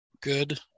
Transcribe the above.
good